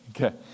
Okay